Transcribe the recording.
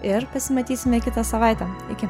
ir pasimatysime kitą savaitę iki